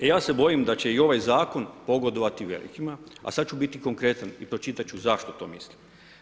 E ja se bojim da će i ovaj zakon pogodovati velikima a sad ću biti konkretan i pročitat ću zašto to mislim.